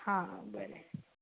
हा बरें